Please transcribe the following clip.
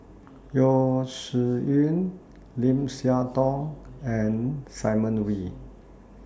Yeo Shih Yun Lim Siah Tong and Simon Wee